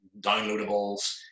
downloadables